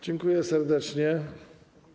Dziękuję serdecznie.